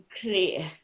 clear